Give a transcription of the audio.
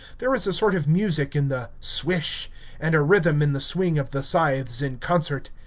there is a sort of music in the swish and a rhythm in the swing of the scythes in concert.